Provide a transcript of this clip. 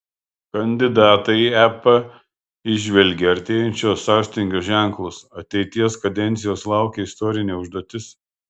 kandidatai į ep įžvelgė artėjančio sąstingio ženklus ateities kadencijos laukia istorinė užduotis